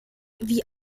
wie